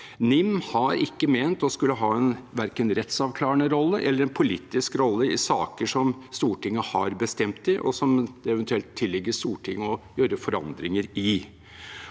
NIM var ikke ment å skulle ha verken en rettsavklarende rolle eller en politisk rolle i saker som Stortinget har bestemt i, og som det eventuelt tilligger Stortinget å gjøre forandringer i.